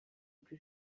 plus